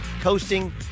coasting